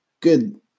good